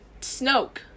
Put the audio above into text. Snoke